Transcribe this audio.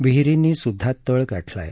विहिरींनी सुद्धा तळ गाठला आहे